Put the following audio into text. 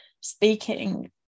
speaking